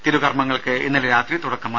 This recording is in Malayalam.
തിരുകർമ്മങ്ങൾക്ക് ഇന്നലെ രാത്രി തുടക്കമായി